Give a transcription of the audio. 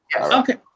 Okay